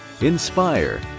inspire